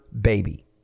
baby